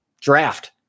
Draft